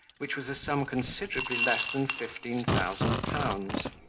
which was a sum considerably less than fifteen thousand pounds.